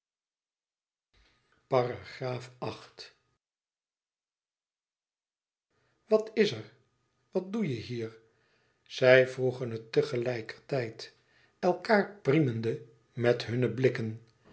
wat is er wat doe je hier zij vroegen het tegelijkertijd elkaâr priemende met hunne blikken